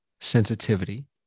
sensitivity